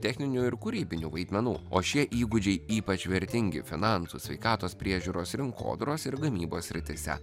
techninių ir kūrybinių vaidmenų o šie įgūdžiai ypač vertingi finansų sveikatos priežiūros rinkodaros ir gamybos srityse